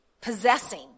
possessing